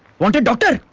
wanted doctor!